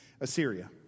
Assyria